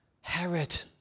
Herod